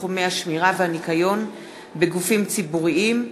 בתחומי השמירה והניקיון בגופים ציבוריים,